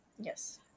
Yes